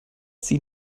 sie